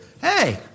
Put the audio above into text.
hey